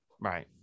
Right